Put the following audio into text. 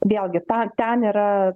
vėlgi tą ten yra